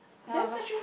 handover